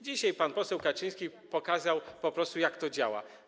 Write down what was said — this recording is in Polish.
Dzisiaj pan poseł Kaczyński pokazał po prostu, jak to działa.